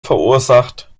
verursacht